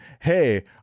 Hey